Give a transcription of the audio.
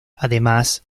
además